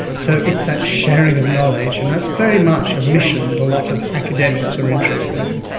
so it's that sharing of knowledge, and that's very much a mission that a lot of academics are interested in.